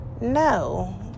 No